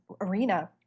arena